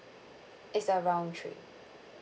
it's a round trip